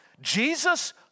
Jesus